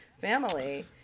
family